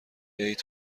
عید